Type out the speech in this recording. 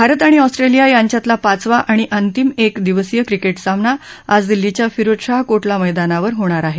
भारत आणि ऑस्ट्रेलिया यांच्यातला पाचवा आणि अंतिम एक दिवसीय क्रिकेट सामना आज दिल्लीच्या फिरोजशाह कोटला मैदानावर होणार आहे